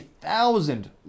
thousand